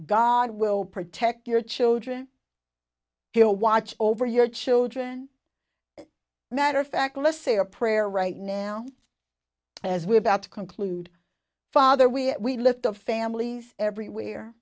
god will protect your children to watch over your children matter of fact let's say a prayer right now as we're about to conclude father we looked of families everywhere